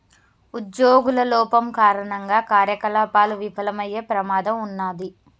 ఉజ్జోగుల లోపం కారణంగా కార్యకలాపాలు విఫలమయ్యే ప్రమాదం ఉన్నాది